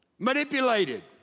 Manipulated